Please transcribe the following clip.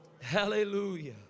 hallelujah